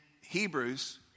Hebrews